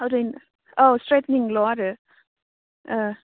ओरैनो औ स्ट्रेइटनिंल' आरो